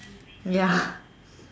ya